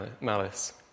malice